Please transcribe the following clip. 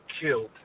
killed